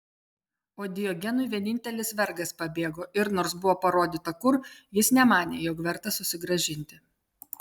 o diogenui vienintelis vergas pabėgo ir nors buvo parodyta kur jis nemanė jog verta susigrąžinti